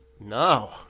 No